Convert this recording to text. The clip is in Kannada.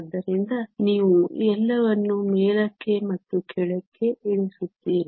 ಆದ್ದರಿಂದ ನೀವು ಎಲ್ಲವನ್ನೂ ಮೇಲಕ್ಕೆ ಮತ್ತು ಕೆಳಕ್ಕೆ ಇಳಿಸುತ್ತೀರಿ